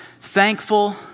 thankful